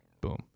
boom